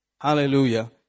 Hallelujah